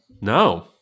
No